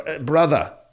Brother